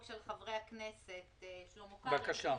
של חברי הכנסת שלמה קרעי ומיקי לוי.